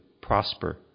prosper